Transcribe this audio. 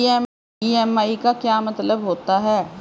EMI का क्या मतलब होता है?